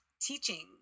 teaching